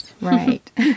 Right